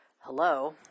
hello